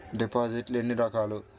డిపాజిట్లు ఎన్ని రకాలు?